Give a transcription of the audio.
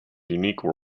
unique